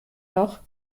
noch